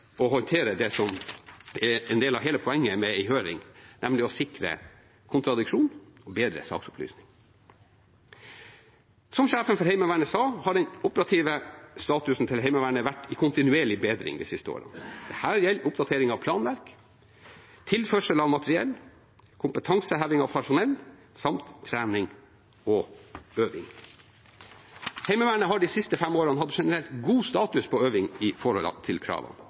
å håndtere det på som er del av hele poenget med en høring, nemlig å sikre kontradiksjon og bedre saksopplysning. Som sjefen for Heimevernet sa, har den operative statusen til Heimevernet vært i kontinuerlig bedring de siste årene. Her gjelder oppdatering av planverk, tilførsel av materiell, kompetanseheving av personell samt trening og øving. Heimevernet har de siste fem årene hatt generelt god status på øving i forhold til kravene.